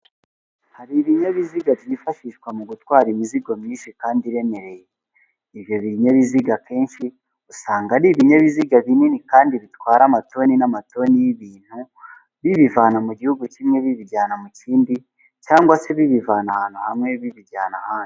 Hari ibinyabiziga byifashishwa mu gutwara imizigo myinshi kandi iremereye, ibyo binyabiziga akenshi usanga ari ibinyabiziga binini kandi bitwara amatoni n'amatoni y'ibintu bibivana mu gihugu kimwe, bibijyana mu kindi cyangwa se bibivana ahantu hamwe, bibijyana ahandi.